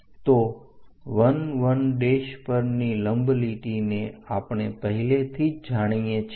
તો 1 1 પરની લંબ લીટીને આપણે પહેલેથી જ જાણીએ છીએ